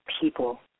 people